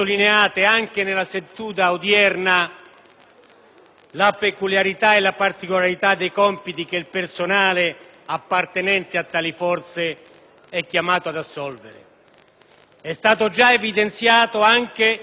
la peculiarità e la particolarità dei compiti che il personale appartenente a tali forze è chiamato ad assolvere. È stato già evidenziato anche l'alto livello di efficienza espresso